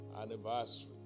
anniversary